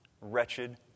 wretched